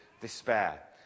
despair